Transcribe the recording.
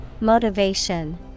Motivation